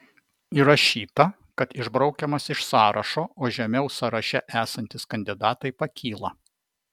įrašyta kad išbraukiamas iš sąrašo o žemiau sąraše esantys kandidatai pakyla